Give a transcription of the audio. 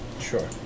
Sure